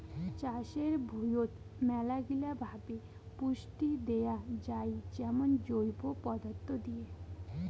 চাষের ভুঁইয়ত মেলাগিলা ভাবে পুষ্টি দেয়া যাই যেমন জৈব পদার্থ দিয়ে